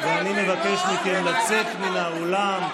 אני מבקש מכם לצאת מן האולם.